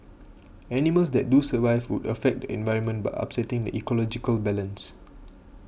animals that do survive would affect the environment by upsetting the ecological balance